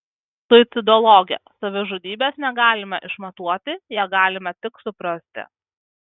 suicidologė savižudybės negalime išmatuoti ją galime tik suprasti